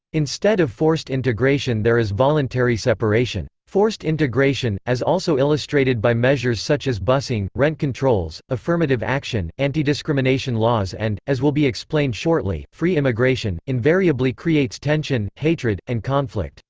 instead of forced integration there is voluntary separation. forced integration, as also illustrated by measures such as busing, rent controls, affirmative action, antidiscrimination laws and, as will be explained shortly, free immigration, invariably creates tension, hatred, and conflict.